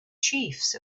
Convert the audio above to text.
chiefs